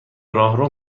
راهرو